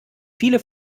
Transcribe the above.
viele